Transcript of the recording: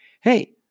hey